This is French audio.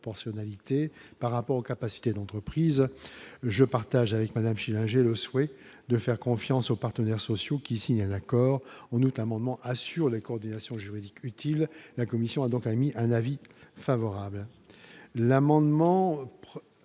par rapport aux capacités d'entreprise, je partage avec Madame Schillinger le souhait de faire confiance aux partenaires sociaux, qui signent un accord ont notamment assure la coordination juridique utile, la commission a donc a émis un avis favorable,